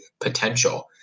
potential